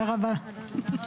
הישיבה ננעלה בשעה